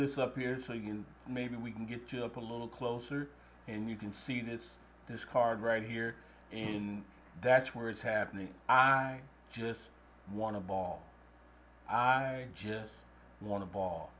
this up here so you can maybe we can get you up a little closer and you can see this this card right here in that's where it's happening i just want to ball i just want to ball